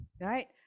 right